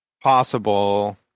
possible